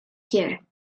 here